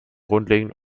grundlegend